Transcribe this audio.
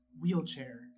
Wheelchair